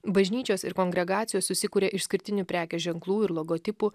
bažnyčios ir kongregacijos susikuria išskirtinių prekės ženklų ir logotipų